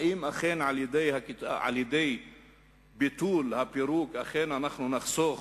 האם על-ידי ביטול הפירוק אנחנו נחסוך